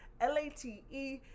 L-A-T-E